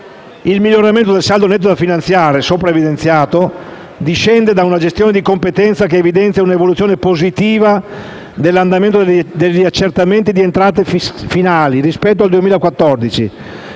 Il miglioramento del saldo netto da finanziare sopra evidenziato discende da una gestione di competenza che mostra un'evoluzione positiva dell'andamento degli accertamenti di entrate finali rispetto al 2014,